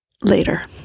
later